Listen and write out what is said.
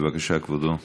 בבקשה, כבודו.